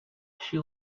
she